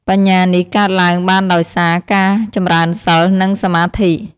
បញ្ញានេះកើតឡើងបានដោយសារការចម្រើនសីល និងសមាធិ។